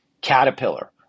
Caterpillar